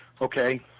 okay